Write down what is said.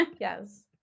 Yes